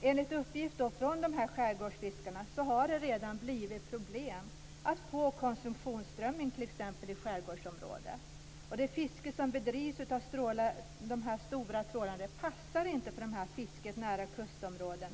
Enligt uppgift från de här skärgårdsfiskarna har det redan blivit problem med att t.ex. få konsumtionsströmming i skärgårdsområdet. Det fiske som bedrivs av de stora trålarna passar inte för fisket nära kustområden.